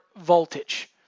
voltage